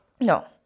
no